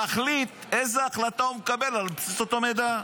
להחליט איזו החלטה הוא מקבל על בסיס אותו מידע,